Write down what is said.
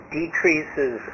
decreases